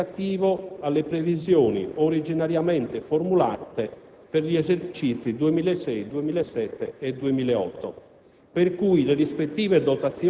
di un taglio significativo alle previsioni originariamente formulate per gli esercizi 2006, 2007 e 2008,